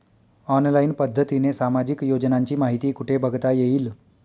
Online पद्धतीने सामाजिक योजनांची माहिती कुठे बघता येईल?